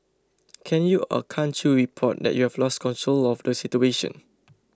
can you or can't you report that you've lost control of the situation